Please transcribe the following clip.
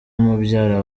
mubyara